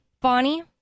Bonnie